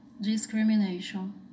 discrimination